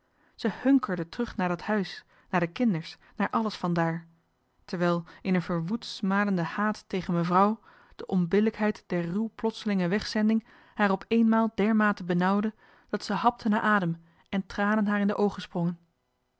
zij hunkerde terug naar dat huis naar de kinders naar alles van daar terwijl in een verwoed smadenden haat tegen mevrouw de onbillijkheid der ruw plotselinge wegzending haar op eenmaal dermate benauwde dat ze hapte naar adem en tranen haar in de oogen sprongen